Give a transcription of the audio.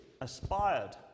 aspired